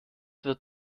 wird